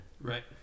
right